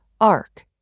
ARC